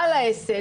בעל העסק,